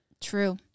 True